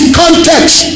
context